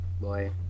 boy